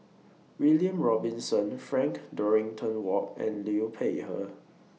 William Robinson Frank Dorrington Ward and Liu Peihe